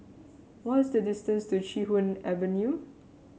what is the distance to Chee Hoon Avenue